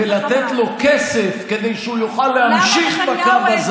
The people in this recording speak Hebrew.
ולתת לו כסף כדי שהוא יוכל להמשיך בקו הזה